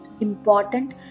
important